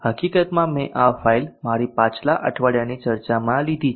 હકીકતમાં મેં આ ફાઇલ મારી પાછલા અઠવાડિયાની ચર્ચામાંથી લીધી છે